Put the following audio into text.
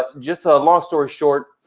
ah just so a long story short,